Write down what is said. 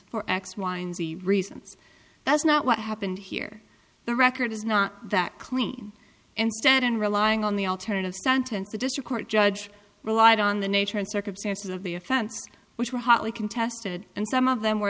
for x y and z reasons that's not what happened here the record is not that clean instead and relying on the alternative sentence the district court judge relied on the nature and circumstances of the offense which were hotly contested and some of them were